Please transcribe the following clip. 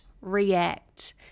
react